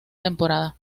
temporada